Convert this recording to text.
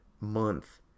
month